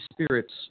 spirits